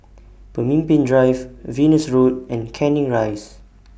Pemimpin Drive Venus Road and Canning Rise